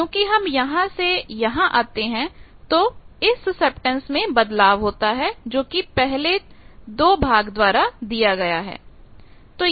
क्योंकि हम यहां से यहां आते हैं तो इस सुसेप्टेंस में बदलाव होता है जो कि पहले तो भाग द्वारा दिया गया था